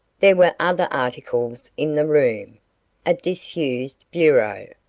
there were other articles in the room a disused bureau,